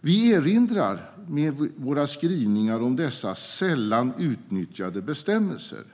Vi erinrar med våra skrivningar om dessa sällan utnyttjade bestämmelser.